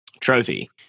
Trophy